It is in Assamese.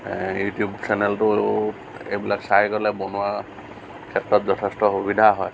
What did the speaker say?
ইউটিউব চেনেলটো এইবিলাক চাই গ'লে বনোৱাৰ ক্ষেত্ৰত যথেষ্ট সুবিধা হয়